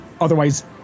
otherwise